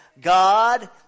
God